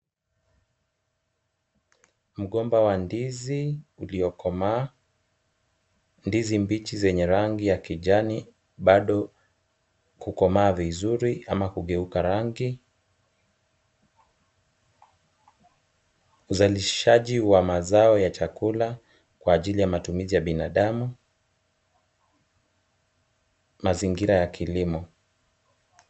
Mgomba wa ndizi uliokomaa, ndizi mbichi zenye rangi ya kijani bado kukomaa vizuri ama kugeuka rangi, uzalishaji wa mazao ya chakula kwa ajili ya matumizi ya binadamu, mazingira ya kilimo.